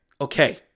Okay